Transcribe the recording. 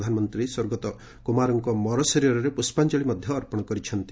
ପ୍ରଧାନମନ୍ତ୍ରୀ ସ୍ୱର୍ଗତ କୁମାରଙ୍କ ମରଶରୀରରେ ପୁଷ୍ପାଞ୍ଚଳି ମଧ୍ୟ ଅର୍ପଣ କରିଛନ୍ତି